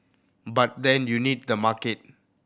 but then you need the market